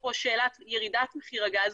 אפרופו שאלת ירידת מחיר הגז.